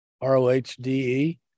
R-O-H-D-E